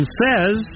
says